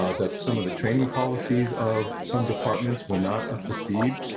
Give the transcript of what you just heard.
ah that some of the training policies of some departments were not up to speed,